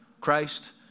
Christ